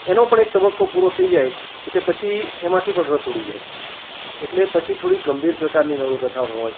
એનો પણ એક તબક્કો પૂરો થઈ જાય એટલે પછી એમાંથી પણ રસ ઊડી જાય એટલે પછી થોડી ગંભીર પ્રકારની નવલકથાઓ હોય